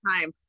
time